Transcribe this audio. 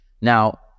Now